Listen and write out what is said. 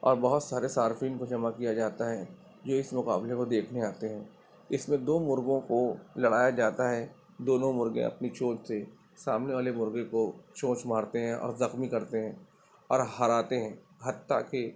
اور بہت سارے صارفین کو جمع کیا جاتا ہے جو اس مقابلے کو دیکھنے آتے ہیں اس میں دو مرغوں کو لڑایا جاتا ہے دونوں مرغے اپنی چونچ سے سامنے والے مرغے کو چونچ مارتے ہیں اور زخمی کرتے ہیں اور ہراتے ہیں حتیٰ کہ